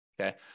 okay